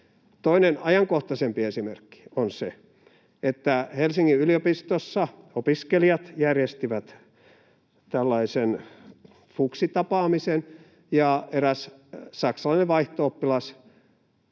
Toinen, ajankohtaisempi esimerkki on se, että Helsingin yliopistossa opiskelijat järjestivät fuksitapaamisen ja eräs saksalainen vaihto-oppilas